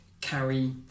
carry